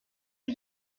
are